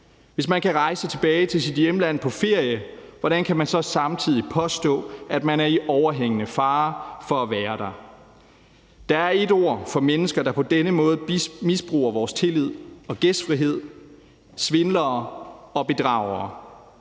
Hvis man kan rejse tilbage til sit hjemland på ferie, hvordan kan man så samtidig påstå, at man er i overhængende fare ved at være der? Der er et ord for mennesker, der på den måde misbruger vores tillid og gæstfrihed, og det er svindlere og bedragere.